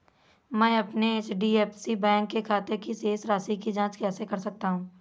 मैं अपने HDFC bank के खाते की शेष राशि की जाँच कैसे कर सकता हूँ?